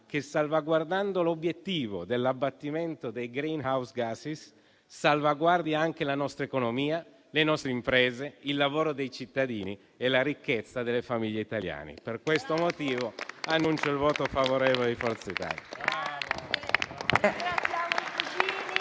che, salvaguardando l'obiettivo dell'abbattimento dei *greenhouse gas*, salvaguardi anche la nostra economia, le nostre imprese, il lavoro dei cittadini e la ricchezza delle famiglie italiane. Per questo motivo, annuncio il voto favorevole di Forza Italia.